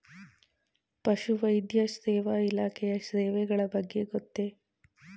ಪಶುವೈದ್ಯ ಸೇವಾ ಇಲಾಖೆಯ ಸೇವೆಗಳ ಬಗ್ಗೆ ಗೊತ್ತೇ?